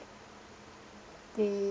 they